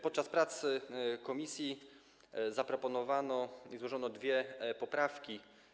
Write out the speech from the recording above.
Podczas prac komisji zaproponowano, złożono dwie poprawki.